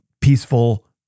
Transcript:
peaceful